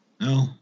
no